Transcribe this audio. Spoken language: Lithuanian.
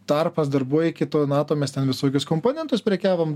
tarpas dar buvo iki to nato mes ten visokius komponentus prekiavom